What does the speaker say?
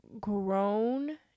grown